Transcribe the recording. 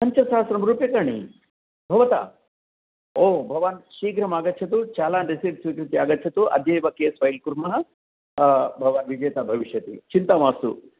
पञ्चसहस्त्रं रूप्यकाणि भवता ओ भवान् शीघ्रम् आगच्छतु चालान् रिसीट् स्वीकृत्य आगच्छतु अद्यैव केस् फ़ैल् कुर्मः भवान् विजेता भविष्यति चिन्ता मास्तु